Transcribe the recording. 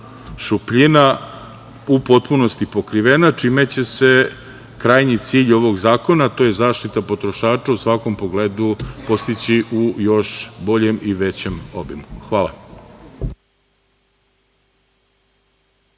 šupljina u potpunosti pokrivena čime će se krajnji cilj ovog zakona, a to je zaštita potrošača u svakom pogledu postići u još boljem i većem obimu. Hvala.